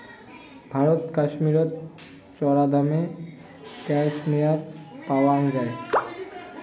ভারতের কাশ্মীরত চরাদামে ক্যাশমেয়ার পাওয়াং যাই